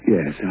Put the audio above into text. Yes